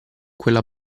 quella